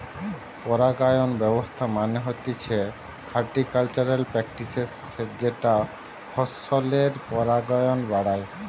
পরাগায়ন ব্যবস্থা মানে হতিছে হর্টিকালচারাল প্র্যাকটিসের যেটা ফসলের পরাগায়ন বাড়ায়